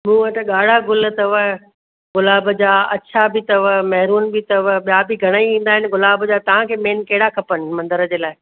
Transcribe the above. मूं वति ॻाढ़ा गुल अथव गुलाब जा अच्छा बि अथव मेरुन बि अथव ॿिया बि घणेई ईंदा आहिनि गुलाब जा तव्हांखे मेन कहिड़ा खपनि मंदर जे लाइ